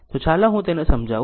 તો ચાલો હું તેને સમજાવું